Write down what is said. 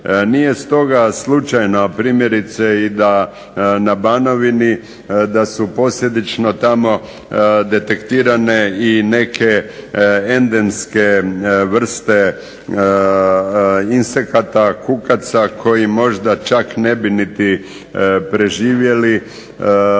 Nije stoga slučajno primjerice i da na Banovini da su posljedično tamo detektirane i neke endemske vrste insekata, kukaca koji možda čak ne bi niti preživjeli